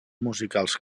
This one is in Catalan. musicals